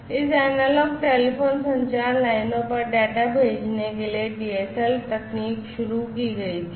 इन analogue telephone संचार लाइनों पर डेटा भेजने के लिए DSL तकनीक शुरू की गई थी